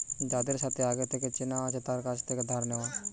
যাদের সাথে আগে থেকে চেনা আছে তার কাছ থেকে ধার নেওয়া